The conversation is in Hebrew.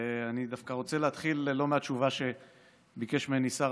אני דווקא רוצה להתחיל לא מהתשובה שביקש ממני שר